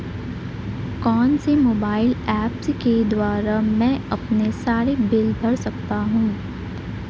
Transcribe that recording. कौनसे mobile apps के द्वारा मैं अपने सारे बिल भर सकता हूं?